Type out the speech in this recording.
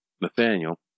Nathaniel